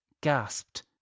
gasped